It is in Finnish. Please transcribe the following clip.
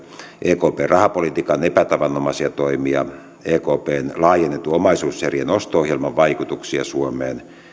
ekpn rahapolitiikan epätavanomaisia toimia ekpn laajennetun omaisuuserien osto ohjelman vaikutuksia suomeen